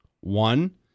One